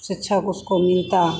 शिक्षक उसको मिलता